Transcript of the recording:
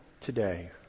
today